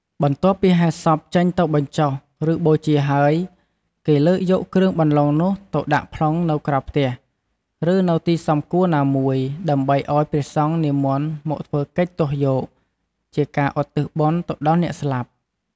បន្ទាប់ពីហែសពចេញទៅបញ្ចុះ ឬបូជាហើយ គេលើកយកគ្រឿងបន្លុងនោះទៅដាក់ប្លុងនៅក្រៅផ្ទះ ឬនៅទីសមគួរណាមួយ ដើម្បីឱ្យព្រះសង្ឃនិមន្តមកធ្វើកិច្ចទស់យក ជាការឧទ្ទិសបុណ្យទៅដល់អ្នកស្លាប់។